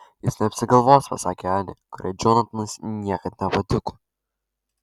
jis neapsigalvos pasakė anė kuriai džonatanas niekad nepatiko